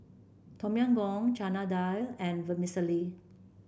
Tom Yam Goong Chana Dal and Vermicelli